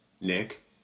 Nick